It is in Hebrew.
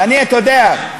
ואני, אתה יודע,